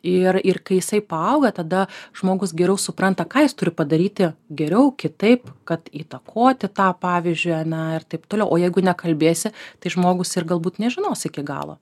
ir ir kai jisai paauga tada žmogus geriau supranta ką jis turi padaryti geriau kitaip kad įtakoti tą pavyzdžiui ane ir taip toliau o jeigu nekalbėsi tai žmogus ir galbūt nežinos iki galo